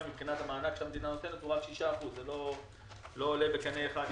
מבחינת המענק שהמדינה נותנת הוא רק 6%. זה לא עולה בקנה אחד,